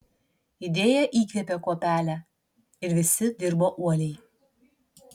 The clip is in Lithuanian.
idėja įkvėpė kuopelę ir visi dirbo uoliai